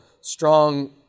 strong